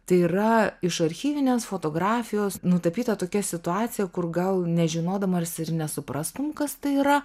tai yra iš archyvinės fotografijos nutapyta tokia situacija kur gal nežinodamas ir nesuprastum kas tai yra